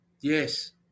Yes